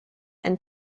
and